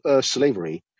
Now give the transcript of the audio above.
slavery